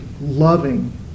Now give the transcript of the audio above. Loving